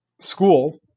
school –